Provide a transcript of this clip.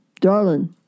Darling